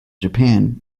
japan